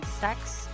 sex